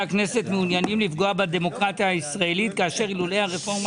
הכנסת מעוניינים לפגוע בדמוקרטיה הישראלית כאשר אילולא הרפורמה